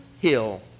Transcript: hill